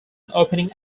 opening